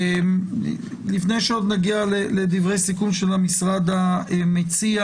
לפני שעוד נגיע לדברי סיכום של המשרד המציע